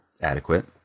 adequate